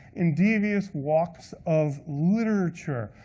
in devious walks of literature.